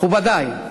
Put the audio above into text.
מכובדי,